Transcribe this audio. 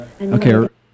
Okay